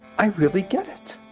i really get it